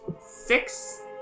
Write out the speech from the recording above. six